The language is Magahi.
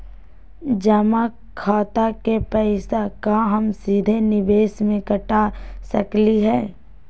जमा खाता के पैसा का हम सीधे निवेस में कटा सकली हई?